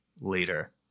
later